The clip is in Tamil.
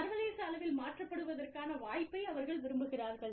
சர்வதேச அளவில் மாற்றப்படுவதற்கான வாய்ப்பை அவர்கள் விரும்புகிறார்கள்